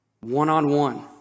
one-on-one